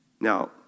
Now